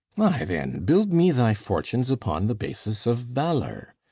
why, then, build me thy fortunes upon the basis of valour.